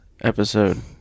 episode